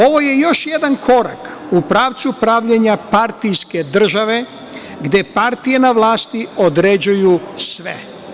Ovo je još jedan korak u pravcu pravljenja partijske države, gde partije na vlasti određuju sve.